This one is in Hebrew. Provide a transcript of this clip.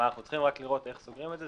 אבל אנחנו צריכים לראות איך "סוגרים" את זה.